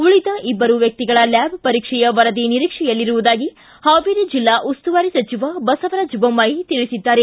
ಉಳಿದ ಇಬ್ಬರು ವ್ಹಿಗಳ ಲ್ಯಾಬ್ ಪರೀಕ್ಷೆಯ ವರದಿ ನಿರೀಕ್ಷೆಯಲ್ಲಿರುವುದಾಗಿ ಹಾವೇರಿ ಬೆಲ್ಲಾ ಉಸ್ತುವಾರಿ ಸಚಿವ ಬಸವರಾಜ ಬೊಮ್ಬಾಯಿ ತಿಳಿಸಿದ್ದಾರೆ